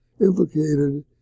implicated